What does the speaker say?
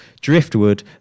Driftwood